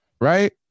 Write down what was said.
right